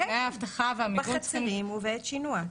כן, בחצרים ובעת שינוע.